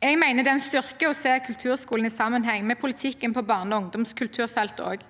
Jeg mener også det er en styrke å se kulturskolen i sammenheng med politikken på barne- og ungdomskulturfeltet.